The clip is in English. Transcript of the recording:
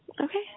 Okay